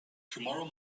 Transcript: tomorrow